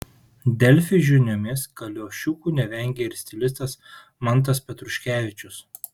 delfi žiniomis kaliošiukų nevengia ir stilistas mantas petruškevičius